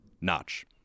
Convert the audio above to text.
Notch